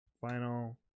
Final